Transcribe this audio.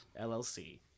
llc